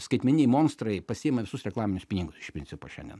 skaitmeniniai monstrai pasiima visus reklaminius pinigus iš principo šiandien